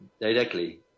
directly